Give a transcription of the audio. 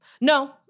no